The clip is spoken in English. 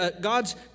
God's